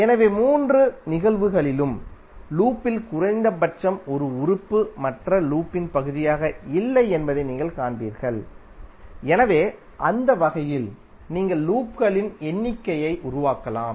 எனவே மூன்று நிகழ்வுகளிலும் லூப்பில் குறைந்தபட்சம் ஒரு உறுப்பு மற்ற லூப்பின் பகுதியாக இல்லை என்பதை நீங்கள் காண்பீர்கள் எனவே அந்த வகையில் நீங்கள் லூப்களின் எண்ணிக்கையை உருவாக்கலாம்